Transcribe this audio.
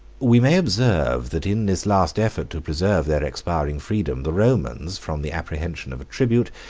we may observe, that in this last effort to preserve their expiring freedom, the romans, from the apprehension of a tribute,